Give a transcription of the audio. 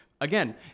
Again